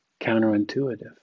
counterintuitive